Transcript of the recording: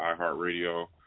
iHeartRadio